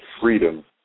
freedom